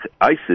ISIS